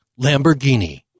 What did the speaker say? Lamborghini